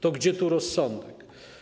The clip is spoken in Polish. To gdzie tu rozsądek?